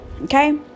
okay